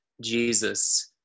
Jesus